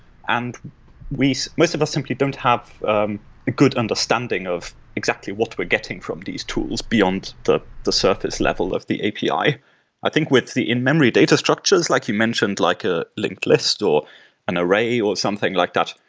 and most of us simply don't have a good understanding of exactly what we're getting from these tools beyond the the surface level of the api. i i think with the in-memory data structures like you mentioned, like a linked list or an array or something like that,